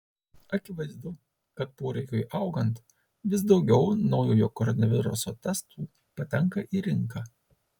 akivaizdu kad poreikiui augant vis daugiau naujojo koronaviruso testų patenka į rinką